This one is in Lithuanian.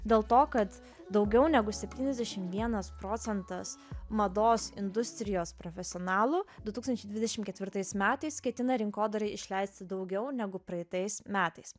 dėl to kad daugiau negu septyniasdešim vienas procentas mados industrijos profesionalų du tūkstančiai dvidešim ketvirtais metais ketina rinkodarai išleisti daugiau negu praeitais metais